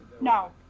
No